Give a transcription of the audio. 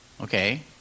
Okay